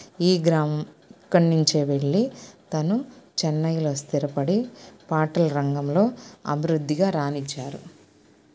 ఈ గ్రామం ఇక్కడ్నుంచే వెళ్ళి తను చెన్నైలో స్థిరపడి పాటల రంగంలో అభివృద్ధిగా రానిచ్చారు